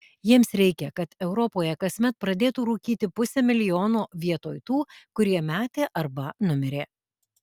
jiems reikia kad europoje kasmet pradėtų rūkyti pusė milijono vietoj tų kurie metė arba numirė